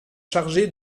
chargé